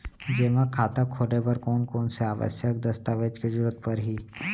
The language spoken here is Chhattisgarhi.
जेमा खाता खोले बर कोन कोन से आवश्यक दस्तावेज के जरूरत परही?